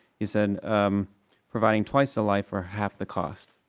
he said i'm providing twice ally for half the cost.